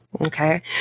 Okay